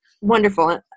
wonderful